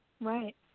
Right